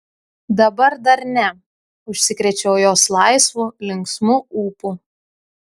dabar dar ne užsikrėčiau jos laisvu linksmu ūpu